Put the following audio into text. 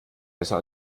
besser